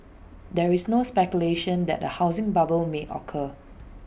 there is no speculation that A housing bubble may occur